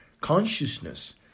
consciousness